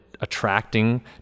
attracting